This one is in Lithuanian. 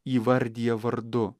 įvardija vardu